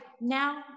now